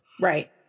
Right